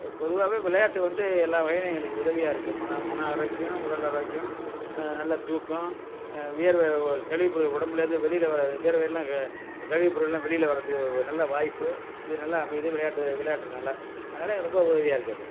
பொதுவாகவே விளையாட்டு வந்து எல்லாம் வகைகளிலும் எங்களுக்கு உதவியாக இருக்குது மனம் மனம் ஆரோக்கியம் உடல் ஆரோக்கியம் நல்ல தூக்கம் வியர்வை கழிவு பொருள் உடம்புலேருந்து வெளியில் வர இந்த வியர்வை எல்லாம் கழிவு பொருள்லாம் வெளியில் வர்றதுக்கு ஒரு நல்ல வாய்ப்பு இது நல்லா அமையுது விளையாட்டு விளையாட்டுனால அதனால எங்களுக்கு ரொம்ப உதவியாக இருக்குது அது